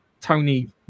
Tony